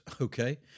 Okay